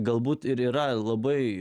galbūt ir yra labai